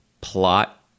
plot